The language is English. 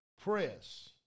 Press